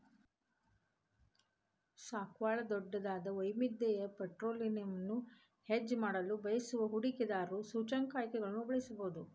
ಸ್ಟಾಕ್ಗಳ ದೊಡ್ಡದಾದ, ವೈವಿಧ್ಯಮಯ ಪೋರ್ಟ್ಫೋಲಿಯೊವನ್ನು ಹೆಡ್ಜ್ ಮಾಡಲು ಬಯಸುವ ಹೂಡಿಕೆದಾರರು ಸೂಚ್ಯಂಕ ಆಯ್ಕೆಗಳನ್ನು ಬಳಸಬಹುದು